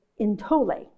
intole